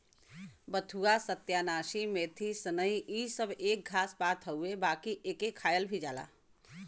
बथुआ, सत्यानाशी, मेथी, सनइ इ सब एक घास पात हउवे बाकि एके खायल भी जाला